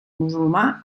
musulmà